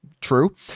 True